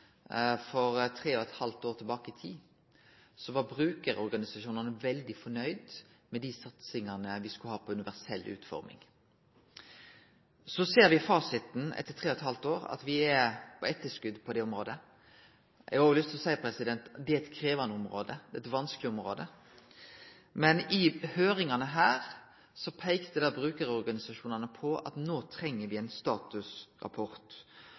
for tre og eit halvt år sidan, var brukarorganisasjonane veldig fornøgde med dei satsingane me skulle ha på universell utforming. Så ser me fasiten etter tre og eit halvt år. Me er på etterskott på dette området. Eg har òg lyst til å seie at det er eit krevjande område, eit vanskeleg område. Men i høyringane her peikte brukarorganisasjonane på at no treng me ein statusrapport.